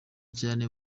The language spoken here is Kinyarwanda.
cyane